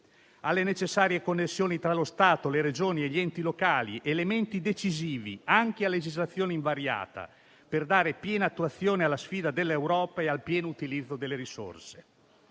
alle necessarie connessioni tra lo Stato, le Regioni e gli enti locali, elementi decisivi anche a legislazione invariata per dare piena attuazione alla sfida dell'Europa e al pieno utilizzo delle risorse.